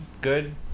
good